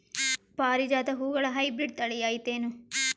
ಪಾರಿಜಾತ ಹೂವುಗಳ ಹೈಬ್ರಿಡ್ ಥಳಿ ಐತೇನು?